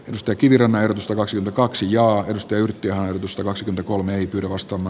musta kivirannan voisilmä kaksi ja on tyydytty hallitus jyväskylä kolme libby ostama